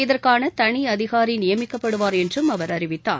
இதற்கான தனி அதிகாரி நியமிக்கப்படுவார் என்றும் அவர் அறிவித்தார்